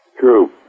True